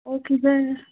okay sir